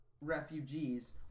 refugees